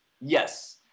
Yes